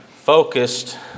focused